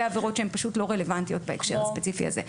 עבירות שהן פשוט אל רלוונטיות בהקשר הספציפי הזה.